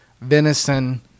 venison